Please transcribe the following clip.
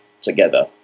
together